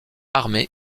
armé